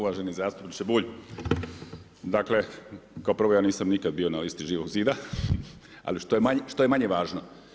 Uvaženi zastupniče Bulj, dakle kao prvo, ja nisam nikad bio na listi Živog zida, ali što je manje važno.